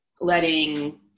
letting